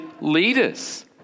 leaders